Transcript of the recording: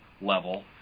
level